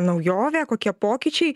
naujovė kokie pokyčiai